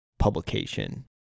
publication